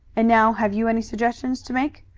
and now have you any suggestions to make?